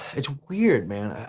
it's weird man,